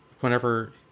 whenever